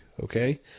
okay